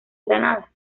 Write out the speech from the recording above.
granada